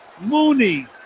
Mooney